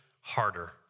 harder